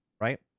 right